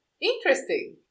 interesting